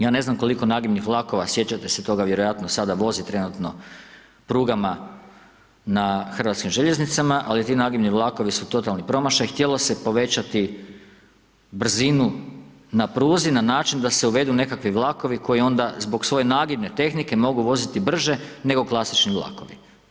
Ja ne znam koliko nagibnih vlakova, sjećate se toga, vjerojatno sada vozi trenutno prugama na hrvatskim željeznicama ali ti nagibni vlakovi su totalno promašaj, htjelo se povećati brzinu na pruzi na način da se uvedu nekakvi vlakovi koji onda zbog svoje nagibne tehnike mogu voziti brže nego klasični vlakovi.